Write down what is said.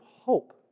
hope